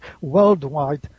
worldwide